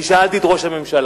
אני שאלתי את ראש הממשלה,